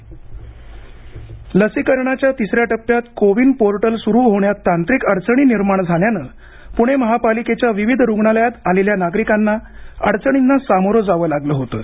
गणेश बिडकर लसीकरणाच्या तिस या टप्प्यात कोविन पोर्टल सुरू होण्यात तांत्रिक अडचणी निर्माण झाल्यानं पुणे महापालिकेच्या विविध रूग्णालयात आलेल्या नागरिकांना अडचणींना सामोरं जावं लागलं होतं